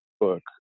book